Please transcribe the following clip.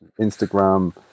Instagram